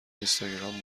اینستاگرام